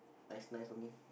nice nice only